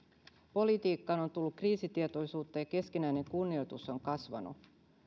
politiikkaan on tullut kriisitietoisuutta ja keskinäinen kunnioitus on kasvanut